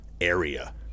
area